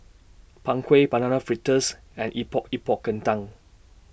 Png Kueh Banana Fritters and Epok Epok Kentang